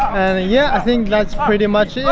and yeah, i think that's pretty much